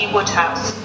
Woodhouse